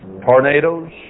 tornadoes